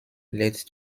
led